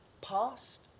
past